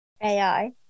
AI